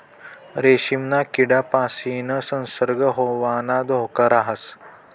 रेशीमना किडापासीन संसर्ग होवाना धोका राहस